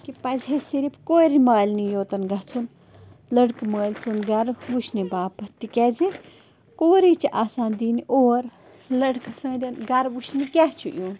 کہِ پَزِ ہے صرف کورِ مالنٕے یوت گژھُن لَڑکہٕ مٲل سُنٛد گَرٕ وُچھنہٕ باپتھ تِکیٛازِ کورٕے چھِ آسان دِنۍ اور لَڑکہٕ سٕنٛدٮ۪ن گَرٕ وُچھنہِ کیٛاہ چھُ یُن